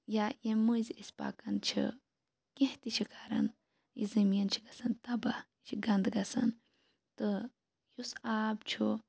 یا ییٚمہِ مٔنٛزۍ أسۍ پَکان چھِ کینٛہہ تہِ چھِ کَران یہٕ زٔمیٖن چھِ گَژھان تَباہ یہِ چھِ گَنٛدٕ گَژھان تہٕ یُس آب چھُ